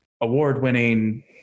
award-winning